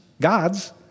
gods